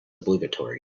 obligatory